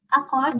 ako